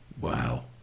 wow